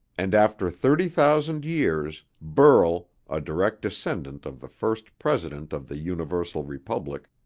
and after thirty thousand years, burl, a direct descendant of the first president of the universal republic,